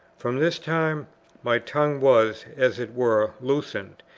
from this time my tongue was, as it were, loosened,